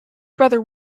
brother